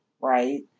Right